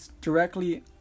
directly